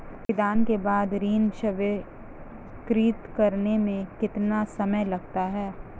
आवेदन के बाद ऋण स्वीकृत करने में कितना समय लगता है?